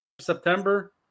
September